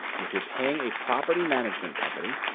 if you're paying a property management company,